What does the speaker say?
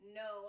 no